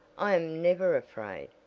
i am never afraid.